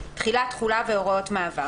תחילה, תחולה והוראות מעבר